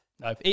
No